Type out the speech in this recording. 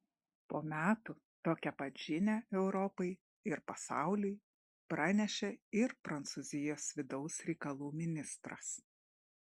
po metų tokią pat žinią europai ir pasauliui pranešė ir prancūzijos vidaus reikalų ministras